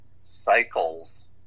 cycles